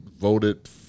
voted